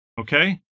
okay